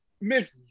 Miss